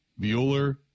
Bueller